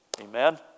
Amen